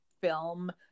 film